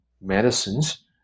medicines